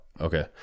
Okay